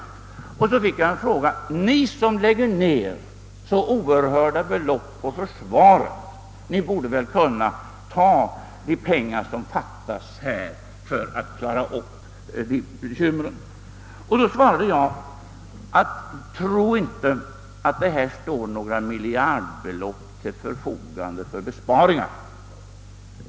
Jag fick en fråga som löd ungefär: Ni som lägger ner så oerhörda belopp på försvaret, ni borde väl kunna ta de pengar som fattas från försvaret för att klara upp bekymren? På detta svarade jag: Tro inte att det här står några miljardbelopp till förfogande för besparingar!